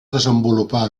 desenvolupar